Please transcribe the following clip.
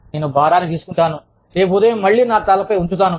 నేను భారాన్ని తీసుకుంటాను రేపు ఉదయం మళ్ళీ నా తలపై ఉంచుతాను